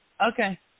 Okay